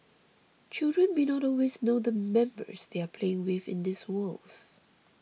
children may not always know the members they are playing with in these worlds